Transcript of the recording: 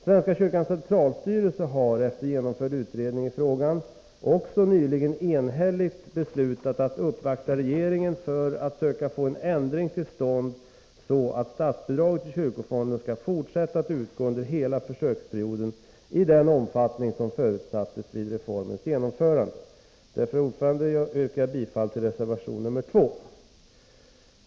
Svenska kyrkans centralstyrelse har efter genomförd utredning i frågan nyligen också enhälligt beslutat att uppvakta regeringen för att söka få en ändring till stånd, så att statsbidraget till kyrkofonden fortsätter att utgå under hela försöksperioden i den omfattning som förutsattes vid reformens genomförande. Herr talman! Jag yrkar bifall till reservation 2.